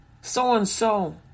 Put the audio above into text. so-and-so